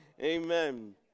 Amen